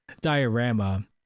diorama